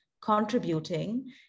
contributing